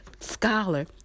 scholar